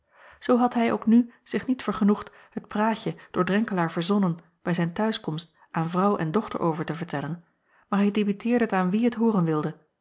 oo had hij ook nu zich niet vergenoegd het praatje door renkelaer verzonnen bij zijn t huiskomst aan vrouw en dochter over te vertellen maar hij debiteerde t aan wie het hooren wilde